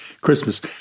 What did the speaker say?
Christmas